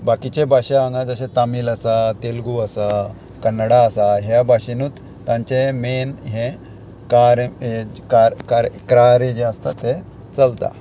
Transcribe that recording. बाकीचे भाशे हांगा जशे तामील आसा तेलगू आसा कन्नडा आसा ह्या भाशेनूच तांचे मेन हे कार्य क्रार्य जे आसता ते चलता